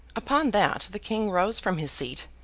upon that the king rose from his seat,